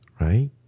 right